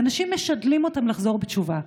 ואנשים משדלים אותם לחזור בתשובה.